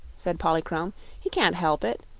said polychrome he can't help it.